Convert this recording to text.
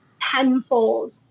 tenfold